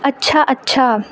اچھا اچھا